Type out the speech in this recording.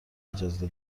اجازه